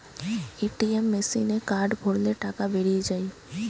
ATM মেসিনে card ভরলে টাকা বেরিয়ে যায়